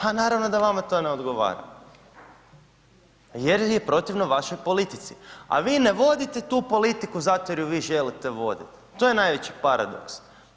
Ha, naravno da vama to ne odgovara jer je protivno vašoj politici, a vi ne vodite tu politiku zato jer ju vi želite vodit, to je najveći paradoks.